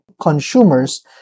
consumers